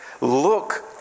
Look